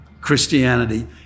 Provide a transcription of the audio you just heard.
Christianity